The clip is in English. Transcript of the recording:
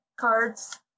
cards